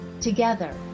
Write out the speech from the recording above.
Together